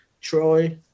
Troy